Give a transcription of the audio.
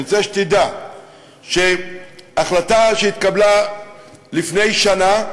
אני רוצה שתדע שהחלטה שהתקבלה לפני שנה,